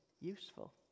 useful